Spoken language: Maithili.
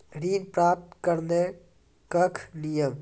ऋण प्राप्त करने कख नियम?